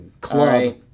club